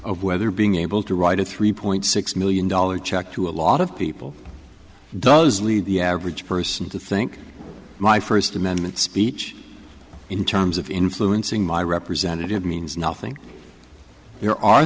of whether being able to write a three point six million dollars check to a lot of people does lead the average person to think my first amendment speech in terms of influencing my representative means nothing there are